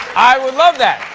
i would love that.